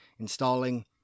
Installing